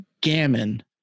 Gammon